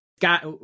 got